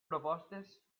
propostes